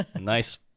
Nice